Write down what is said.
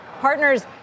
Partners